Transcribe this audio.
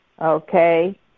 Okay